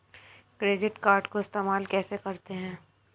Credit card को इस्तेमाल कैसे करते हैं?